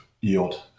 yield